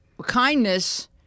kindness